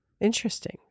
Interesting